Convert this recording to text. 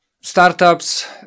startups